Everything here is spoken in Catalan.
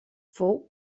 fou